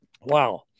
Wow